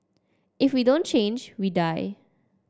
if we don't change we die